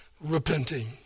repenting